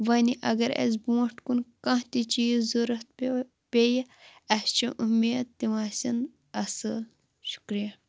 وۄنۍ اگر اسہِ برۄنٛٹھ کُن کانٛہہ تہِ چیٖز ضرورت پیٚو پیٚیہِ اسہِ چھِ اُمید تِم آسن اصٕل شُکریہِ